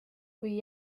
kui